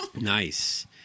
Nice